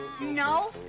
No